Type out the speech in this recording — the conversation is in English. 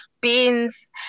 beans